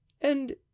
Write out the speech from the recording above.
And